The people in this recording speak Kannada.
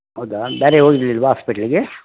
ಹೌದಾ ಬೇರೆ ಹೋಗ್ಲಿಲ್ವಾ ಹಾಸ್ಪಿಟ್ಲ್ಗೆ